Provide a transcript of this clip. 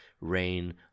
rain